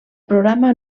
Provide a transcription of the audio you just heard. programa